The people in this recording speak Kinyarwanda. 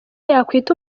yakwita